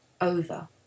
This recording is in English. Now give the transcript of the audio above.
over